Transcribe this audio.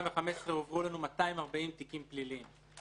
ב-2015 הועברו אלינו 240 תיקים פליליים,